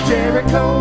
Jericho